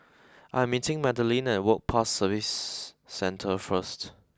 I'm meeting Madilynn at Work Pass Services Centre first